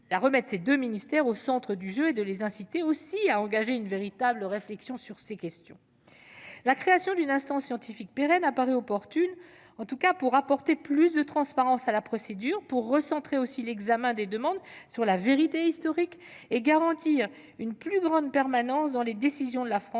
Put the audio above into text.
du jeu ces deux ministères de tutelle, tout en les incitant à engager une véritable réflexion sur ces questions. La création d'une instance scientifique pérenne apparaît opportune pour apporter plus de transparence à la procédure, pour recentrer l'examen des demandes sur la vérité historique et pour garantir une plus grande permanence dans les décisions de la France,